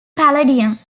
palladium